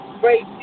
great